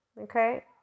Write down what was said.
okay